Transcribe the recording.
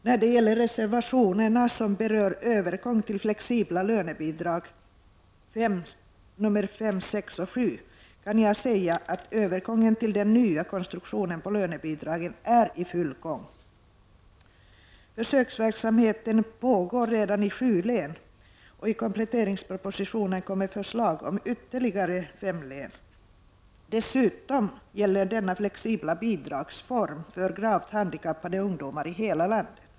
När det gäller de reservationer som berör övergång till flexibla lönebidrag, alltså nr 5, 6 och 7, kan jag säga att övergången till den nya konstruktionen av lönebidragen är i full gång. Försöksverksamheten pågår redan i sju län, och i kompletteringspropositionen kommer förslag om ytterligare fem län. Dessutom gäller denna flexibla bidragsform för gravt handikappade ungdo mar i hela landet.